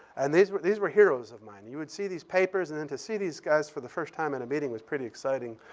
and these were these were heroes of mine. you would see these papers, and then to see these guys for the first time in a meeting was pretty exciting.